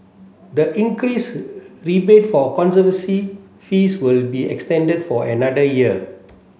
the increased rebate for conservancy fees will be extended for another year